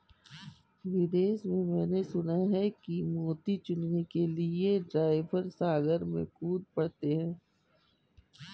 विदेश में मैंने सुना है कि मोती चुनने के लिए ड्राइवर सागर में कूद पड़ते हैं